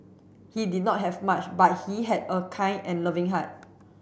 he did not have much but he had a kind and loving heart